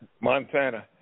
Montana